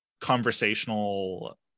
conversational